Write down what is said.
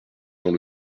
dans